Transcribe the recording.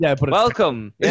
Welcome